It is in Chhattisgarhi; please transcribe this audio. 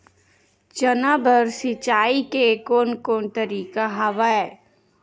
चना बर सिंचाई के कोन कोन तरीका हवय?